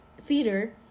theater